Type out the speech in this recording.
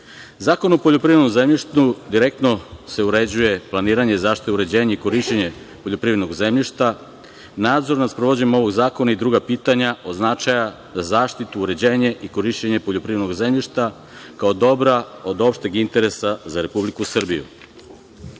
Zakonom o poljoprivrednom zemljištu direktno se uređuje planiranje, zaštita, uređenje i korišćenje poljoprivrednog zemljišta, nadzor nad sprovođenjem ovog zakona i druga pitanja od značaja za zaštitu, uređenje i korišćenje poljoprivrednog zemljišta kao dobra od opšteg interesa za Republiku Srbiju. Predlog